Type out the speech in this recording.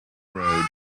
road